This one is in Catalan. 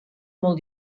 molt